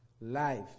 life